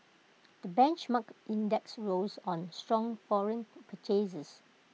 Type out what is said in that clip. the benchmark index rose on strong foreign purchases